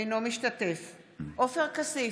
אינו משתתף בהצבעה עופר כסיף,